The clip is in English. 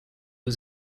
was